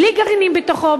בלי גרעינים בתוכו,